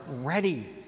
ready